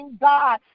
God